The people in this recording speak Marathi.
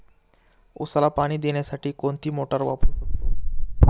उसाला पाणी देण्यासाठी कोणती मोटार वापरू शकतो?